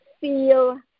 feel